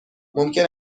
ممکن